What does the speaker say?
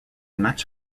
match